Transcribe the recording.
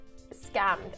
scammed